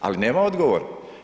Ali nema odgovora.